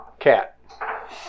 Cat